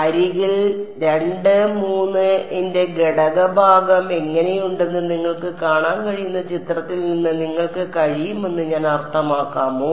അരികിൽ 2 3 ന്റെ ഘടകഭാഗം എങ്ങനെയുണ്ടെന്ന് നിങ്ങൾക്ക് കാണാൻ കഴിയുന്ന ചിത്രത്തിൽ നിന്ന് നിങ്ങൾക്ക് കഴിയുമെന്ന് ഞാൻ അർത്ഥമാക്കാമോ